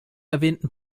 erwähnten